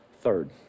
Third